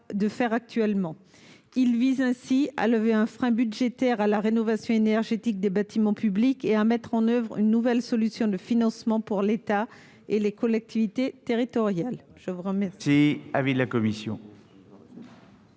pas actuellement. Il vise ainsi à lever un frein budgétaire à la rénovation énergétique des bâtiments publics et à mettre en oeuvre une nouvelle solution de financement pour l'État et les collectivités territoriales.